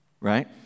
right